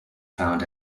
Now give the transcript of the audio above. found